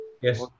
Yes